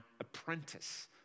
apprentice